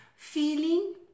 Feeling